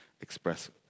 express